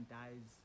dies